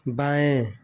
बाएँ